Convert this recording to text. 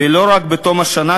ולא רק בתום שנה,